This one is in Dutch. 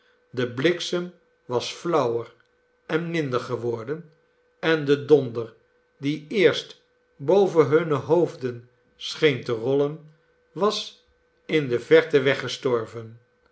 de bliksem was flauwer en minder geworden en de donder die eerst boven hunne hoofden scheen te roll en was in de verte